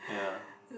yeah